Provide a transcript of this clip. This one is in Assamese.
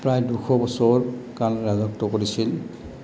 প্ৰায় দুশ বছৰ কাল ৰাজত্ব কৰিছিল